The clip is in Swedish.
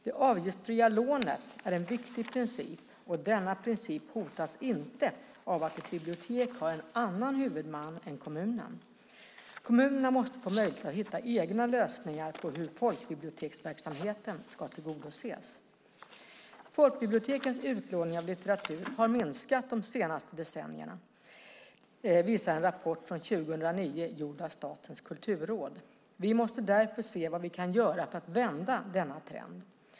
Det avgiftsfria lånet är en viktig princip, och denna princip hotas inte av att ett bibliotek har en annan huvudman än kommunen. Kommunerna måste få möjlighet att hitta egna lösningar på hur folkbiblioteksverksamheten ska tillgodoses. Folkbibliotekens utlåning av litteratur har minskat de senaste decennierna, visar en rapport från 2009 gjord av Statens kulturråd. Vi måste därför se vad vi kan göra för att vända denna trend.